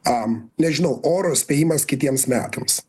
am nežinau oro spėjimas kitiems metams